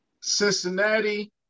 Cincinnati